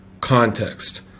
context